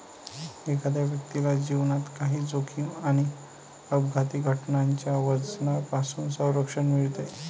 एखाद्या व्यक्तीला जीवनात काही जोखीम आणि अपघाती घटनांच्या वजनापासून संरक्षण मिळते